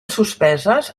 suspeses